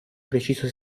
preciso